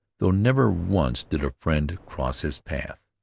though never once did a friend cross his path.